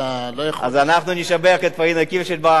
אתה לא יכול, אז אנחנו נשבח את פניה קירשנבאום.